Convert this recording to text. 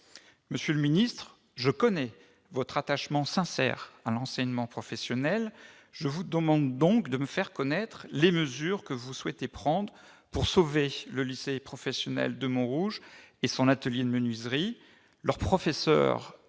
pluralité d'offres. Je connais votre attachement sincère à l'enseignement professionnel, monsieur le ministre. Je vous demande donc de me faire connaître les mesures que vous souhaitez prendre pour sauver le lycée professionnel de Montrouge et son atelier de menuiserie. Des professeurs